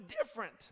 different